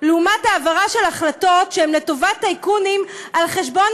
לעומת העברה של החלטות שהן לטובת טייקונים על חשבון